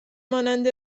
مانند